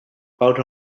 about